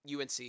UNC